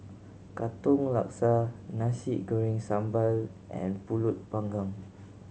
Katong Laksa Nasi Goreng Sambal and Pulut Panggang